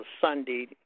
Sunday